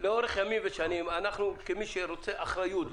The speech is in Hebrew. אבל לאורך ימים ושנים מי שרוצה אחריות,